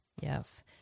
Yes